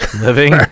Living